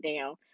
down